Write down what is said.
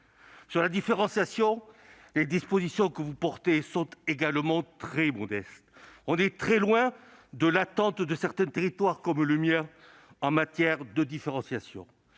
Sur la différenciation, les dispositions que vous portez sont également très modestes. On est loin de l'attente de certains territoires, comme le mien, en la matière. Heureusement,